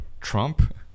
Trump